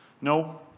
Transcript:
No